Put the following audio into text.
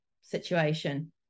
situation